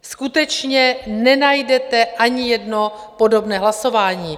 Skutečně nenajdete ani jedno podobné hlasování.